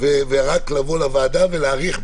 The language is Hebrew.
ורק לבוא לוועדה ולהאריך.